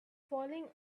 falling